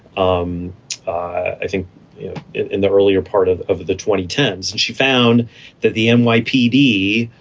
um i think in the earlier part of of the twenty ten s and she found that the um nypd,